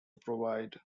provide